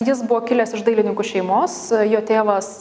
jis buvo kilęs iš dailininkų šeimos jo tėvas